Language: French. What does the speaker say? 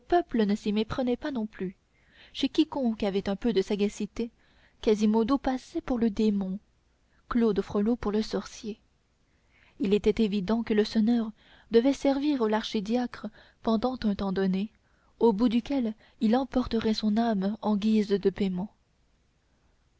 peuple ne s'y méprenait pas non plus chez quiconque avait un peu de sagacité quasimodo passait pour le démon claude frollo pour le sorcier il était évident que le sonneur devait servir l'archidiacre pendant un temps donné au bout duquel il emporterait son âme en guise de paiement